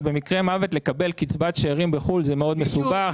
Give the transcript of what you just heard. אז במקרה מוות לקבל קצבת שארים בחו"ל זה מאוד מסובך.